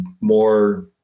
more